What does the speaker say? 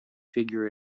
figure